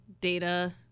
data